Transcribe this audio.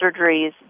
surgeries